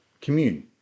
commune